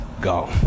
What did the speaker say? Go